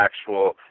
actual